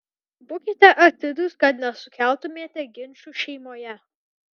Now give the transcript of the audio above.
būkite atidūs kad nesukeltumėte ginčų šeimoje